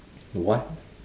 what